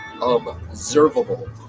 observable